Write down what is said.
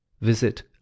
visit